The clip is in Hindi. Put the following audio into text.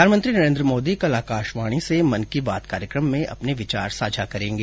प्रधानमंत्री नरेंद्र मोदी कल आकाशवाणी से मन की बात कार्यक्रम में अपने विचार साझा करेंगे